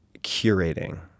curating